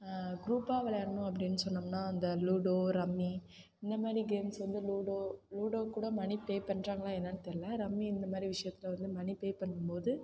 குரூப்பாக விளையாடணும் அப்படினு சொன்னோம்னால் அந்த லூடோ ரம்மி இந்தமாதிரி கேம்ஸ் வந்து லூடோ லூடோ கூட மணி பே பண்ணுறாங்களா என்னனு தெரியல ரம்மி இந்தமாதிரி விஷயத்துல வந்து மனி பே பண்ணும் போது